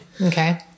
Okay